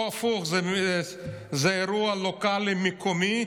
פה זה הפוך, זה אירוע לוקלי, מקומי.